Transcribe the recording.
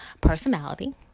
personality